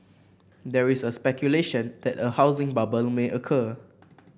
there is a speculation that a housing bubble may occur